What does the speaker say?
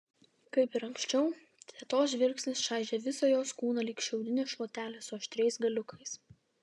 kaip ir anksčiau tetos žvilgsnis čaižė visą jos kūną lyg šiaudinė šluotelė su aštriais galiukais